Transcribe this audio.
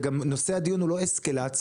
וגם נושא הדיון הוא לא אסקלציה,